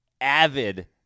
avid